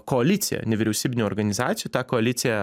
koalicija nevyriausybinių organizacijų ta koalicija